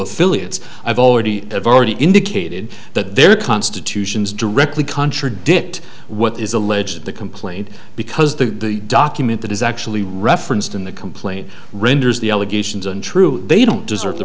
affiliates i've already have already indicated that their constitutions directly contradict what is alleged at the complaint because the document that is actually referenced in the complaint renders the allegations untrue they don't deserve t